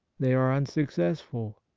they are unsuccessful.